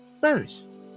first